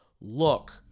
look